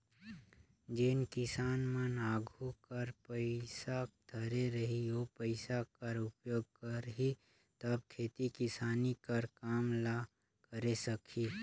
जेन किसान मन आघु कर पइसा धरे रही ओ पइसा कर उपयोग करही तब खेती किसानी कर काम ल करे सकही